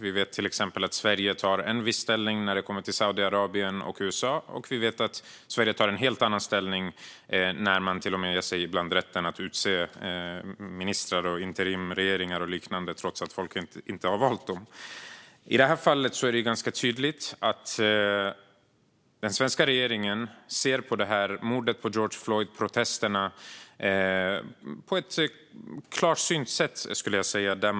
Vi vet till exempel att Sverige tar en viss ställning när det kommer till Saudiarabien och USA och en helt annan ställning när man ibland till och med ger sig rätten att utse ministrar, interimsregeringar och liknande trots att folk inte har valt dem. I det här fallet är det ganska tydligt att den svenska regeringen ser på mordet på George Floyd och protesterna mot det på ett klarsynt sätt.